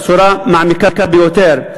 בצורה מעמיקה ביותר,